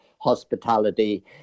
Hospitality